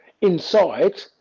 inside